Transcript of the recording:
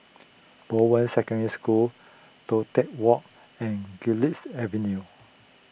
Bowen Secondary School Toh Tuck Walk and Garlick Avenue